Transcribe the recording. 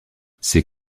ces